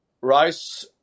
Rice